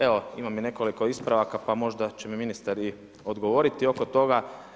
Evo imam i nekoliko ispravaka pa možda će mi ministar i odgovoriti oko toga.